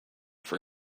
for